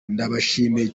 ndabashimiye